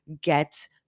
get